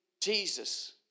Jesus